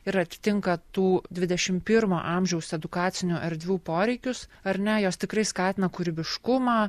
ir atitinka tų dvidešim pirmo amžiaus edukacinių erdvių poreikius ar ne jos tikrai skatina kūrybiškumą